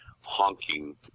honking